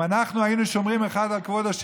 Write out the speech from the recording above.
אם אנחנו היינו שומרים אחד על כבודו של